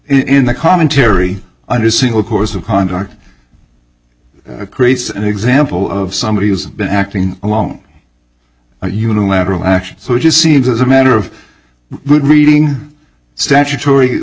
in the commentary under single course of conduct creates an example of somebody who's been acting along a unilateral action which it seems is a matter of reading statutory